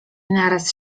naraz